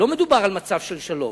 לא מדובר על מצב של שלום.